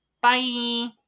Bye